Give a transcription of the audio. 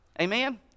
Amen